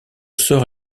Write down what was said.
sort